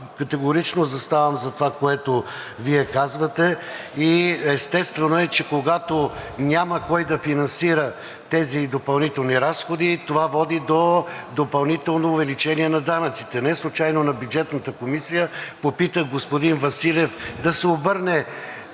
категорично заставам зад това, което Вие казвате, и естествено е, че когато няма кой да финансира тези допълнителни разходи, това води до допълнително увеличение на данъците. Неслучайно на Бюджетната комисия поисках господин Василев да се обърне